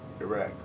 Iraq